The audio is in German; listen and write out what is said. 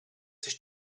sich